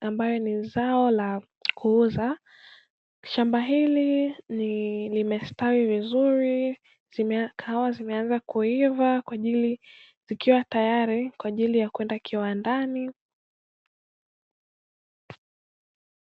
ambalo ni zao la kuuza. Shamba hili limestawi vizuri, kahawa zimeanza kuiva zikiwa tayari kwa ajili ya kwenda kiwandani.